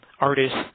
artists